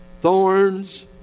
thorns